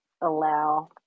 allow